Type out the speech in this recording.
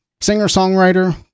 singer-songwriter